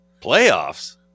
Playoffs